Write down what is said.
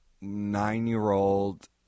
nine-year-old